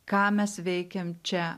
ką mes veikiam čia